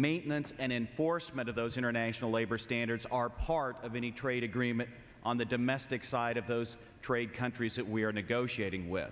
maintenance and enforcement of those international labor standards are part of any trade agreement on the domestic side of those trade countries that we are negotiating with